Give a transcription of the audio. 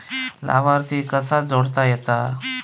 लाभार्थी कसा जोडता येता?